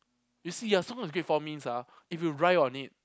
you see ah you're supposed to great four means you ride on it